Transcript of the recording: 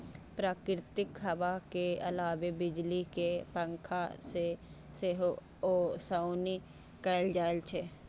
प्राकृतिक हवा के अलावे बिजली के पंखा से सेहो ओसौनी कैल जाइ छै